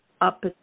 up